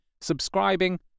subscribing